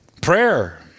Prayer